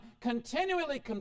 continually